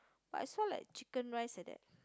but I saw like chicken rice like that